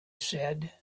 said